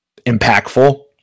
impactful